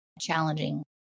challenging